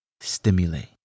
stimulate